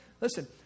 Listen